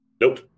Nope